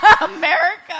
America